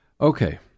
Okay